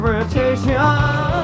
rotation